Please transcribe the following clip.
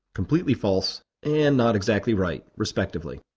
completely false, and not exactly right, respectively.